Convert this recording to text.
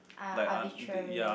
ar~ arbitrary